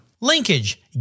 Linkage